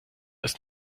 ist